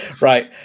Right